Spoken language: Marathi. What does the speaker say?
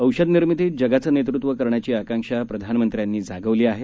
औषधनिर्मितीतजगाचंनेतृत्वकरण्याचीआकांक्षाप्रधानमंत्र्यांनीजागवलीआहे